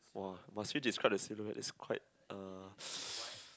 !wah! must you describe the silhoutte it's quite uh